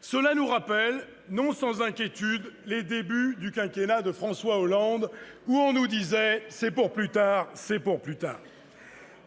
Cela nous rappelle, non sans inquiétude, les débuts du quinquennat de François Hollande, où l'on nous répétait sans cesse : c'est pour plus tard !